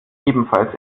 ebenfalls